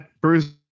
Bruce